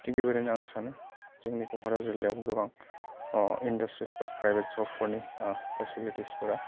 थिग बेबायदिनो आं सानो जोंनि क'क्राझार जिल्लायाव गोबां इन्डास्ट्रिस बा प्राइभेट जबफोरनि फेसिलिटिसफोरा